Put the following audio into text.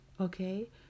okay